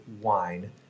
wine